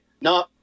No